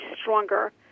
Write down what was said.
stronger